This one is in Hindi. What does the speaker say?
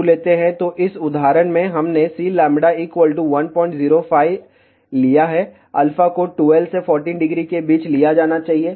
तो इस उदाहरण में हमने Cλ 105 लिया है α को 12 से 14 डिग्री के बीच लिया जाना चाहिए